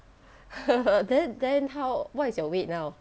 then then how what is your weight now